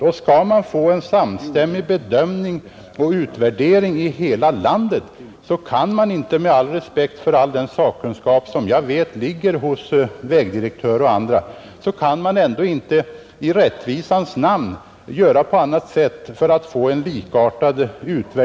Skall man kunna få en samstämmig bedömning och utvärdering av dessa nya normer i hela landet kan man inte, med all respekt för den sakkunskap som jag vet finns hos vägdirektörer och andra, i rättvisans namn göra på annat sätt.